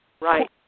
Right